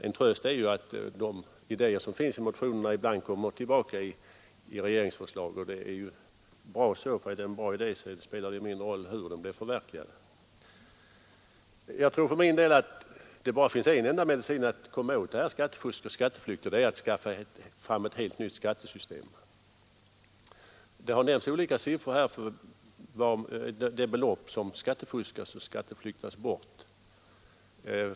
En tröst är att de idéer som väcks i motionerna ibland kommer tillbaka i form av regeringsförslag. Är det en bra idé spelar det ju mindre roll hur den blir förverkligad. Jag tror för min del att det bara finns en enda medicin mot skattefusk och skatteflykt, och det är att skaffa fram ett helt nytt skattesystem. Det har nämnts olika siffror på de belopp som skattefuskas och skatteflyktas bort.